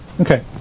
Okay